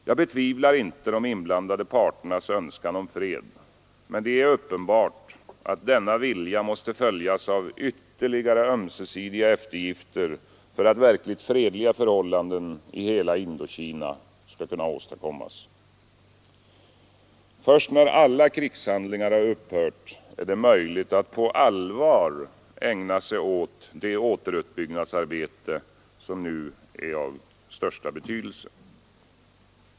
Jag betvivlar inte de inblandade parternas önskan om fred, men det är uppenbart att denna vilja måste följas av ytterligare ömsesidiga eftergifter för att verkligt fredliga förhållanden i hela Indokina skall kunna åstadkommas. Först när alla krigshandlingar upphört är det möjligt att på allvar ägna sig åt det återuppbyggnadsarbete som nu är av största betydelse.